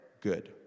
good